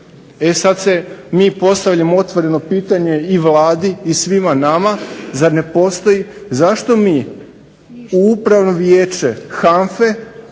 E sada mi postavljamo otvoreno pitanje i Vladi i svima vama zašto mi u upravno vijeće